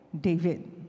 David